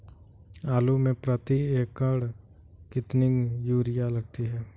आलू में प्रति एकण कितनी यूरिया लगती है?